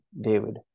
David